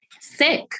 sick